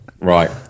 Right